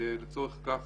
לצורך כך,